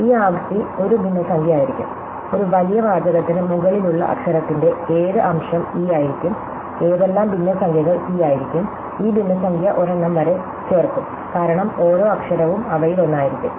ഈ ആവൃത്തി ഒരു ഭിന്നസംഖ്യയായിരിക്കും ഒരു വലിയ വാചകത്തിന് മുകളിലുള്ള അക്ഷരത്തിന്റെ ഏത് അംശം ഇ ആയിരിക്കും ഏതെല്ലാം ഭിന്നസംഖ്യകൾ സി ആയിരിക്കും ഈ ഭിന്നസംഖ്യ ഒരെണ്ണം വരെ ചേർക്കും കാരണം ഓരോ അക്ഷരവും അവയിലൊന്നായിരിക്കും